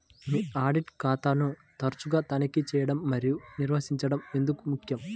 మీ audit ఖాతాను తరచుగా తనిఖీ చేయడం మరియు నిర్వహించడం ఎందుకు ముఖ్యం?